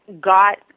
got